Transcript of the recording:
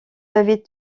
l’avais